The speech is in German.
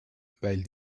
weil